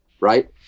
right